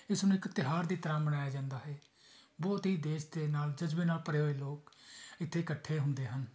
ਇਸ ਨੂੰ ਇੱਕ ਤਿਉਹਾਰ ਦੀ ਤਰ੍ਹਾਂ ਮਨਾਇਆ ਜਾਂਦਾ ਹੈ ਬਹੁਤ ਹੀ ਦੇਸ਼ ਦੇ ਨਾਲ ਜਜ਼ਬੇ ਨਾਲ ਭਰੇ ਹੋਏ ਲੋਕ ਇੱਥੇ ਇਕੱਠੇ ਹੁੰਦੇ ਹਨ